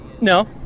No